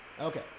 Okay